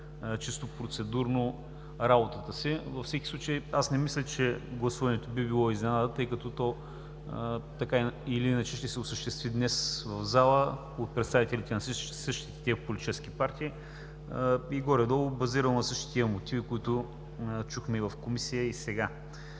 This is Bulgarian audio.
чисто процедурно работата си. Във всеки случай не мисля, че гласуването би било изненада, тъй като то така или иначе ще се осъществи днес в залата от представителите на всичките политически партии и горе-долу е базирано на същите мотиви, които чухме и в Комисията, и сега.